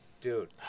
Dude